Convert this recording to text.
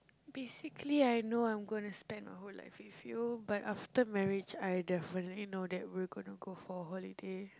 basically I know I'm gonna spend my whole life with you but after marriage I definitely know that we're gonna go for holiday